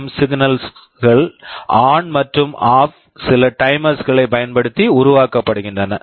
M PWM signals signals கள் on ON மற்றும் off OFF சில டைமர்ஸ் timers களைப் பயன்படுத்தி உருவாக்கப்படுகின்றன